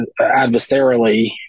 adversarially